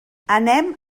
anem